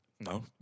No